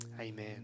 amen